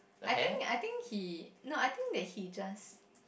I think I think he no I think that he just